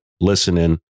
listening